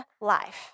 life